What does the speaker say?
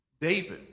David